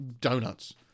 donuts